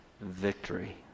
victory